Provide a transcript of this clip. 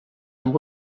amb